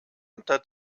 unter